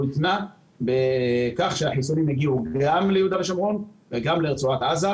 הוא התנה בכך שהחיסונים יגיעו גם ליהודה ושומרון וגם לרצועת עזה.